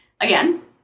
again